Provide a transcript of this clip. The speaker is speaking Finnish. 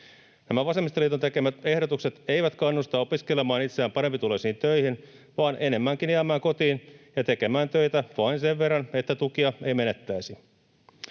vasemmistoliiton tekemät ehdotukset eivät kannusta opiskelemaan itseä parempituloisiin töihin, vaan enemmänkin jäämään kotiin ja tekemään töitä vain sen verran, että tukia ei menettäisi.